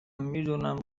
میدونم